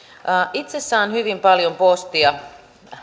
itse saan hyvin paljon postia